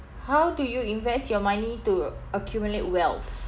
how do you invest your money to accumulate wealth